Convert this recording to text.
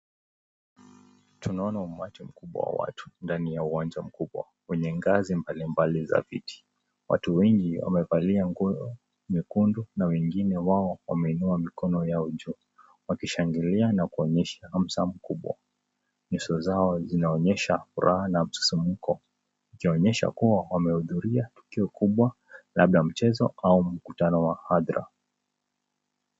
Tunaona umati mkubwa wa watu ndani ya uwanja kubwa kwenye ngazi mbalimbali za viti. Watu wengi wamevalia nguo nyekundu na wengine wao wameinua mikono yao juu wakishangilia na kuonyesha hamsa kubwa. Nyuso zao zinaonyesha furaha na msisimuko kubwa ikionyesha kua wame hudhuria tukio kubwa labda mchezo au mkutano wa hadhara .